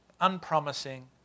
unpromising